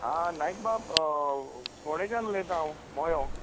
आं नायक बाब फोंडेच्यान उलयता हांव मोयो